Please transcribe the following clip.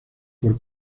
por